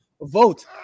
vote